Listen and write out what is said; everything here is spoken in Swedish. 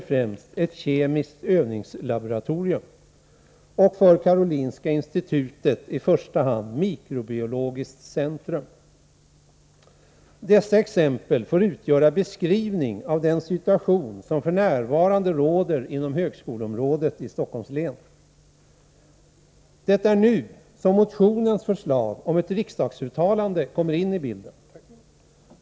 Dessa exempel får utgöra beskrivning av den situation som f. n. råder inom högskoleområdet i Stockholms län. Det är nu som motionens förslag om ett riksdagsuttalande kommer in i bilden.